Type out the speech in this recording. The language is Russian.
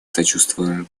сочувствие